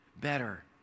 better